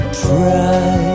try